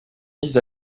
mises